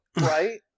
right